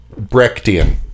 brechtian